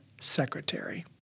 secretary